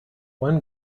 one